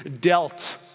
dealt